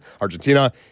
Argentina